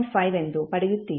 5 ಎಂದು ಪಡೆಯುತ್ತೀರಿ